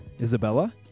Isabella